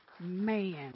Man